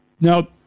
Now